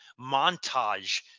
montage